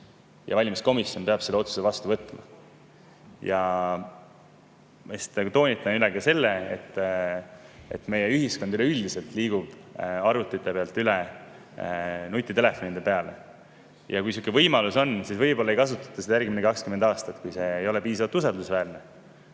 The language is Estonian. ja valimiskomisjon peab selle otsuse vastu võtma. Ma toonitan üle ka selle, et meie ühiskond üleüldiselt liigub arvutite pealt üle nutitelefonide peale. Kui sihuke [hääletamise] võimalus on, siis võib-olla ei kasutata seda järgmised 20 aastat, kui see ei ole piisavalt usaldusväärne,